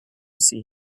see